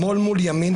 שמאל מול ימין.